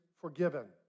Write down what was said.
forgiven